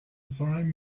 fine